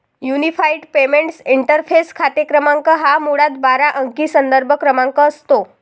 unified payments interface खाते क्रमांक हा मुळात बारा अंकी संदर्भ क्रमांक असतो